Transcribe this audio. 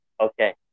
Okay